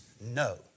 no